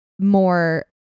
more